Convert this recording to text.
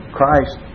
Christ